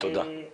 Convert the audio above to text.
בריאות